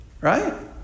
right